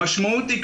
המשמעות היא,